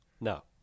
No